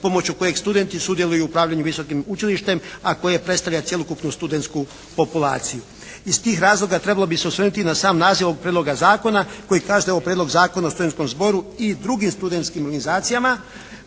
pomoću kojeg studenti sudjeluju u upravljanju visokim učilištem, a koje predstavlja cjelokupnu studentsku populaciju. Iz tih razloga trebalo bi se osvrnuti na sam naziv ovog Prijedloga zakona koji kaže da je ovo Prijedlog Zakona o studentskom zboru i drugim studentskim organizacijama.